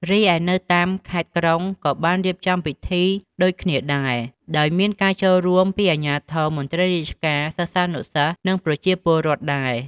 រីឯនៅតាមខេត្តក្រុង ក៏បានរៀបចំពិធីដូចគ្នាដែរ ដោយមានការចូលរួមពីអាជ្ញាធរ មន្ត្រីរាជការ សិស្សានុសិស្ស និងប្រជាពលរដ្ឋ ដែរ។